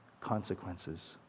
consequences